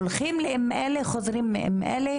הולכים עם מעלא חוזרים למעלא,